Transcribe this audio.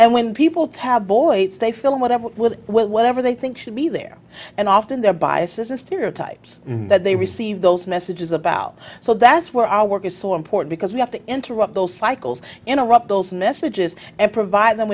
and when people to have voids they fill in whatever with whatever they think should be there and often their biases and stereotypes that they receive those messages about so that's where our work is so important because we have to interrupt those cycles interrupt those messages and provide them